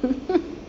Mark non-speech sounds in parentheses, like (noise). (laughs)